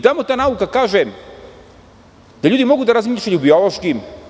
Tamo ta nauka kaže da ljudi mogu da razmišljaju biološki.